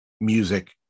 music